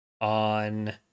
on